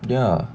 ya